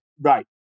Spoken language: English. Right